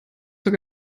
zur